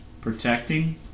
protecting